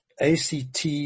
ACT